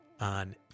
on